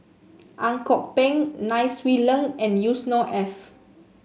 Ang Kok Peng Nai Swee Leng and Yusnor Ef